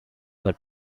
but